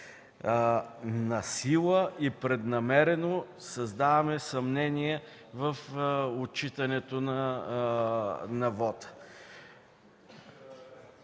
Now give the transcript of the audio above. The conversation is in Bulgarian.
Насила и преднамерено създаваме съмнение в отчитането на вота.